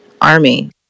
army